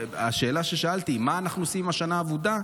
השאלה ששאלתי היא מה אנחנו עושים עם השנה האבודה,